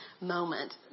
moment